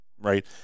right